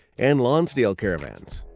and lonsdale caravans.